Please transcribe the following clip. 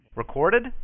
Recorded